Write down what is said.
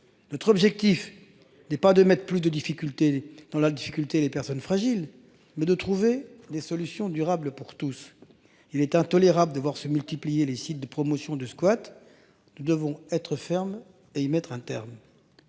Notre objectif n'est pas de mettre plus de difficultés dans la difficulté. Les personnes fragiles mais de trouver des solutions durables pour tous. Il est intolérable de voir se multiplier les sites de promotion de squat. Nous devons être fermes et y mettre un terme.